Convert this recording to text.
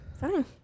Fine